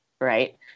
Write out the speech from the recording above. right